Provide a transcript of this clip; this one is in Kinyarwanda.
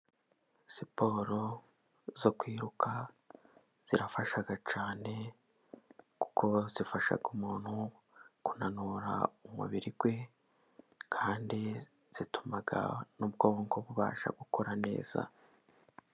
Siporo zo kwiruka zirafasha cyane, kuko zifasha umuntu kunanura umubiri we, kandi zituma n'ubwonko bubasha gukora neza,..